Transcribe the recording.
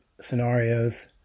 scenarios